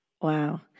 Wow